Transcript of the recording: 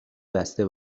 بسته